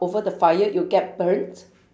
over the fire you'll get burnt